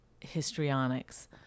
histrionics